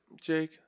Jake